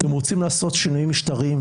אתם רוצים לעשות שינויים משטריים,